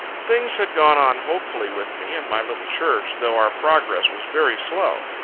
things had gone on hopefully with me, and my little church, though our progress was very slow.